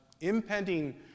impending